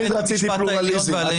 פלורליזם.